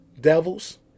devils